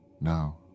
now